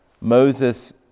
Moses